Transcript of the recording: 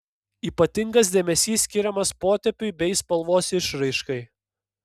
ypatingas dėmesys skiriamas potėpiui bei spalvos išraiškai